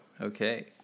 Okay